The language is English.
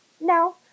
No